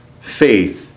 faith